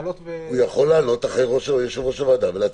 יכול לעלות --- הוא יכול לעלות אחרי יושב-ראש הוועדה ומציג.